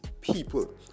people